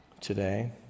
today